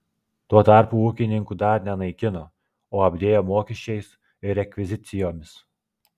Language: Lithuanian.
tuo tarpu ūkininkų dar nenaikino o apdėjo mokesčiais ir rekvizicijomis